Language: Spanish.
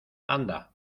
anda